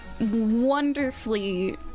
wonderfully